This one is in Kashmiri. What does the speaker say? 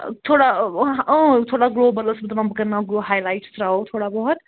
تھوڑا تھوڑا گلوبَل ٲسٕس بہٕ دَپان بہٕ کَرٕناو گو ہاے لایِٹ ترٛاوو تھوڑا بہت